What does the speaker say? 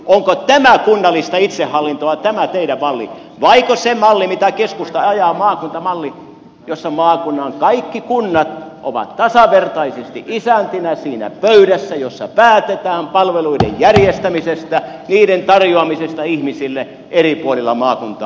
onko tämä kunnallista itsehallintoa tämä teidän malli vaiko se malli mitä keskusta ajaa maakuntamalli jossa maakunnan kaikki kunnat ovat tasavertaisesti isäntinä siinä pöydässä jossa päätetään palveluiden järjestämisestä niiden tarjoamisesta ihmisille eri puolilla maakuntaa